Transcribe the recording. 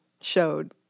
showed